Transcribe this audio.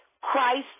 Christ